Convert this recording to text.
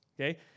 okay